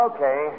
Okay